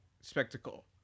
spectacle